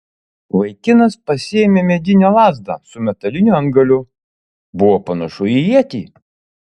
vaikinas pasiėmė medinę lazdą su metaliniu antgaliu buvo panašu į ietį